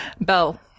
Bell